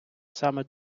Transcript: саме